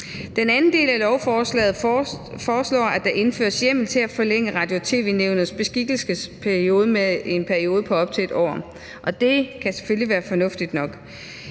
den anden del af lovforslaget foreslås det, at der indføres hjemmel til at forlænge Radio- og tv-nævnets beskikkelsesperiode med en periode på op til 1 år, og det kan selvfølgelig være fornuftigt nok.